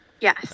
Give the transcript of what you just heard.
Yes